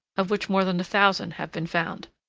of which more than a thousand have been found.